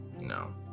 no